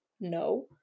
No